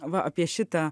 va apie šitą